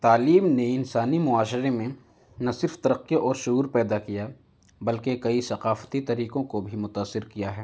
تعلیم نے انسانی معاشرے میں نہ صرف ترقی اور شعور پیدا کیا بلکہ کئی ثقافتی طریقوں کو بھی متاثر کیا ہے